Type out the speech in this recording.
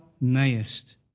mayest